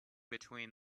between